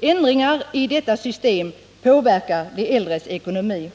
Ändringar i detta system påverkar de äldres ekonomi.